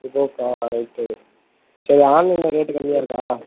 ஃபிலிப்ஸா right சரி ஆன்லைனில் rate கம்மியாக இருக்கா